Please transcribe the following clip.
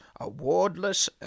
awardless